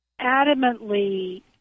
adamantly